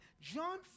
John